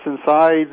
inside